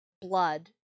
blood